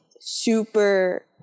super